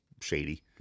shady